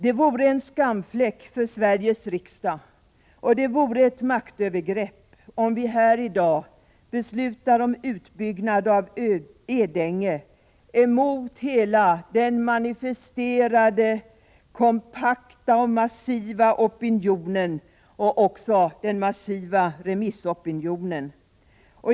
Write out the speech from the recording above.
Det vore en skamfläck för Sveriges riksdag och det vore ett maktövergrepp om vi här i dag beslutade om utbyggnad av Edänge, emot hela den manifesterade, kompakta lokala opinionen och den massiva remissopinionen.